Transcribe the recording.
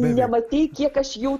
nematei kiek aš jau